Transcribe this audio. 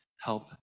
help